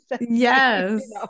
Yes